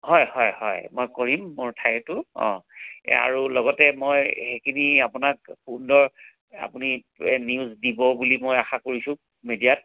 হয় হয় হয় মই কৰিম মোৰ ঠাইতো অঁ এই আৰু লগতে মই সেইখিনি আপোনাক আপুনি নিউজ দিব বুলি মই আশা কৰিছোঁ মিডিয়াত